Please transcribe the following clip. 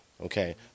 Okay